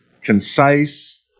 concise